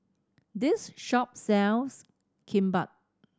this shop sells Kimbap